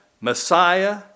Messiah